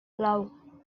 lau